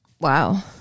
Wow